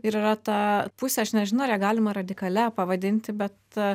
ir yra ta pusė aš nežinau ar ją galima radikalia pavadinti bet